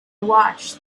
watched